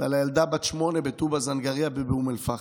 ועל הילדה בת השמונה בטובא-זנגרייה ובאום אל-פחם.